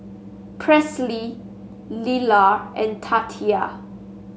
Presley Lelar and Tatia